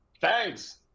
Thanks